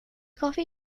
coffee